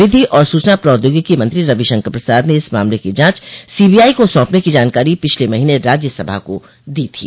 विधि और सूचना प्रौद्योगिकी मंत्री रविशंकर प्रसाद ने इस मामले की जांच सीबीआई को सौंपने की जानकारी पिछले महीने राज्य सभा को दी थी